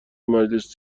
مجلس